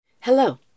Hello